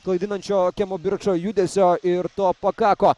klaidinančio kemo birčo judesio ir to pakako